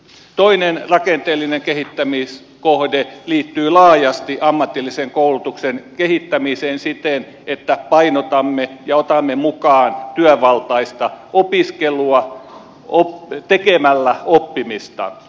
toinen rakenteellinen kehittämiskohde liittyy laajasti ammatillisen koulutuksen kehittämiseen siten että painotamme ja otamme mukaan työvaltaista opiskelua tekemällä oppimista